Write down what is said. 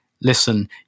listen